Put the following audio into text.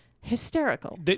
hysterical